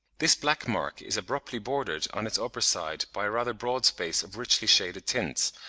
this black mark is abruptly bordered on its upper side by a rather broad space of richly shaded tints,